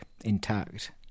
intact